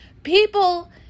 People